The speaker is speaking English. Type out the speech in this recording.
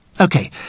Okay